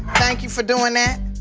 thank you for doin' that.